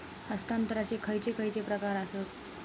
हस्तांतराचे खयचे खयचे प्रकार आसत?